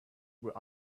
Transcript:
were